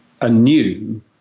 anew